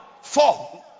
four